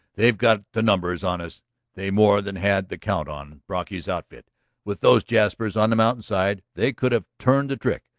they've got the numbers on us they more than had the count on brocky's outfit with those jaspers on the mountainside they could have turned the trick.